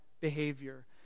behavior